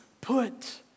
put